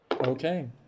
Okay